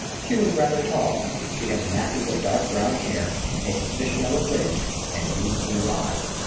she was rather tall she had masses of dark brown hair, a suspicion of a fringe, and deep blue eyes.